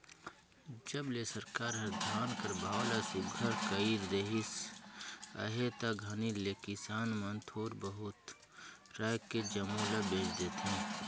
जब ले सरकार हर धान कर भाव ल सुग्घर कइर देहिस अहे ते घनी ले किसान मन थोर बहुत राएख के जम्मो ल बेच देथे